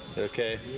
okay?